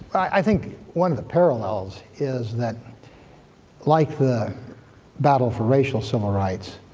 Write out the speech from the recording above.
i think one of the parallels is that like the battle for racial civil rights,